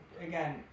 Again